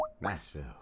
Nashville